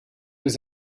was